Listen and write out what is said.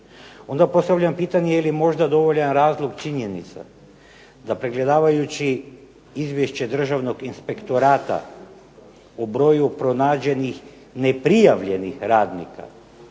onda postavljam pitanje je li možda dovoljan razlog činjenica da pregledavajući izvješće Državnog inspektorata u broju pronađenih neprijavljenih radnika,